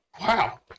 wow